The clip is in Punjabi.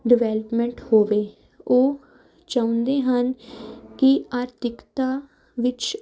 ਡਵੈਲਪਮੈਂਟ ਹੋਵੇ ਉਹ ਚਾਹੁੰਦੇ ਹਨ ਕਿ ਆਰਥਿਕਤਾ ਵਿੱਚ